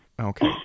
okay